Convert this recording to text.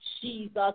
Jesus